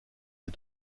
des